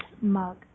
mug